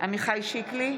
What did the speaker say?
עמיחי שיקלי,